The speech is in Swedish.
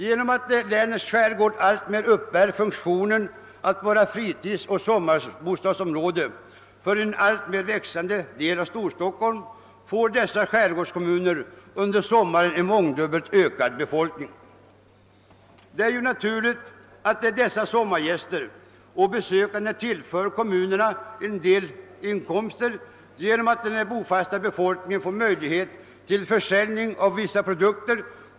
Genom att länets skärgård alltmer uppbär funktionen att vara fritidsoch sommarbostadsområde för en växande del av Storstockholms befolkning, får dessa skärgårdskommuner under sommaren en mångdubbelt ökad befolkning. Det är naturligt att dessa sommargäster och andra besökande tillför kommunerna en del inkomster genom att den bofasta befolkningen får möjlighet till försäljning av vissa produkter.